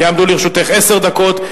יעמדו לרשותך עשר דקות.